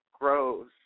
grows